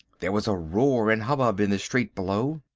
there was a roar and hubbub in the street below.